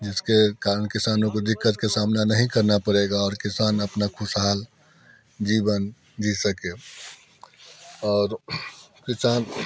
जिसके कारण किसानों को दिक्कत के सामना नहीं करना पड़ेगा और किसान अपना खुशहाल जीवन जी सके और किसान